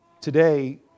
Today